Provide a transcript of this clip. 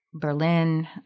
Berlin